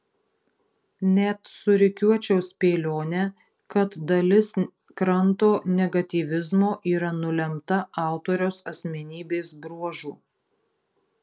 net surikiuočiau spėlionę kad dalis kranto negatyvizmo yra nulemta autoriaus asmenybės bruožų